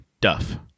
Duff